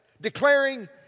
declaring